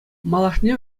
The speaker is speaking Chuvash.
малашне